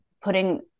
putting